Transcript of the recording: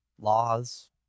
laws